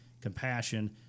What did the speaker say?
compassion